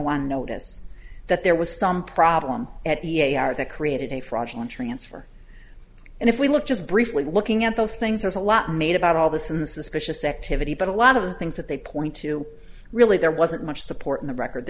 on notice that there was some problem at e a are they created a fraudulent transfer and if we look just briefly looking at those things there's a lot made about all this in the suspicious activity but a lot of the things that they point to really there wasn't much support in the record the